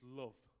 love